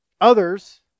others